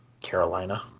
Carolina